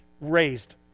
raised